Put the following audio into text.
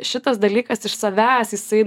šitas dalykas iš savęs jisai